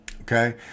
okay